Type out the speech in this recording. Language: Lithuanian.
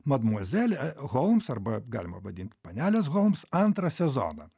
madmuazel e holms arba galima vadint panelės holms antrą sezoną